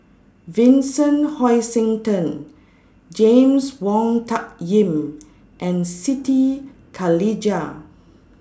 Vincent Hoisington James Wong Tuck Yim and Siti Khalijah